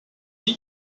chez